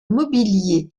mobilier